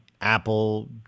Apple